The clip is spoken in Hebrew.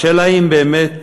השאלה היא אם באמת